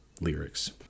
lyrics